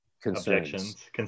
concerns